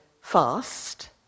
fast